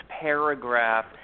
paragraph